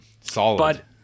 Solid